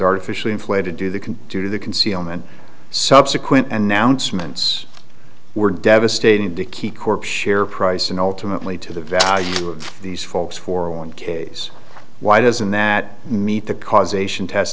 artificially inflated do they can do that concealment subsequent announcements were devastating to keep corp share price and ultimately to the value of these folks for one case why doesn't that meet the causation test